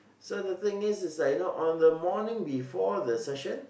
so the thing is like you know the morning before the session